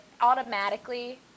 Automatically